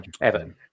Evan